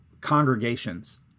congregations